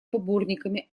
поборниками